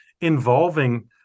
involving